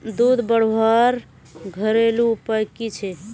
दूध बढ़वार घरेलू उपाय की छे?